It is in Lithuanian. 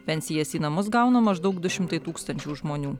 pensijas į namus gauna maždaug du šimtai tūkstančių žmonių